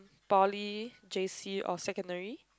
poly j_c or secondary